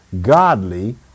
godly